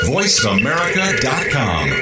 VoiceAmerica.com